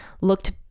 looked